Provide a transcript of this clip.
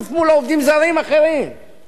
הרי מה זה העובדים הזרים הבלתי-חוקיים